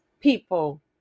people